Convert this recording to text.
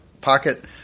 pocket